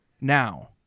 Now